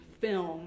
film